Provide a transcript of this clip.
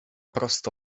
prosto